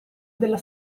della